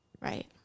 Right